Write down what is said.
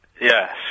Yes